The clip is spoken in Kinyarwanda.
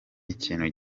ikintu